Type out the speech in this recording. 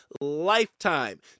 lifetime